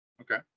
Okay